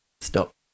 Stop